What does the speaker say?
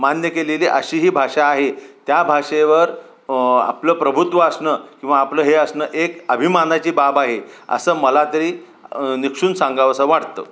मान्य केलेली अशी ही भाषा आहे त्या भाषेवर आपलं प्रभुत्व असणं किंवा आपलं हे असनं एक अभिमानाची बाब आहे असं मला तरी निक्षून सांगावंसं वाटतं